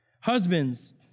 Husbands